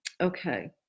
Okay